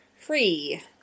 free